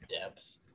depth